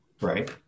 Right